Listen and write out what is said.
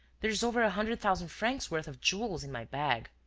there is over a hundred thousand francs' worth of jewels in my bag.